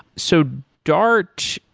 so dart,